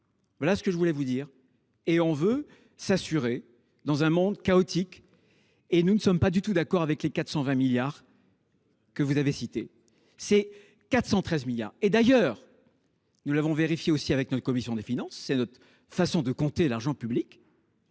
Voilà ce que je voulais vous dire et on veut s'assurer dans un monde chaotique et nous ne sommes pas du tout d'accord avec les 420 milliards. Que vous avez cité ces 413 milliards. Et d'ailleurs. Nous l'avons vérifié aussi avec notre commission des finances. C'est notre façon de compter l'argent public.